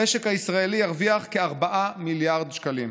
המשק הישראלי ירוויח כ-4 מיליארד שקלים.